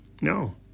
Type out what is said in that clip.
No